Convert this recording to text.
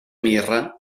mirra